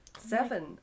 seven